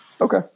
Okay